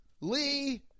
Lee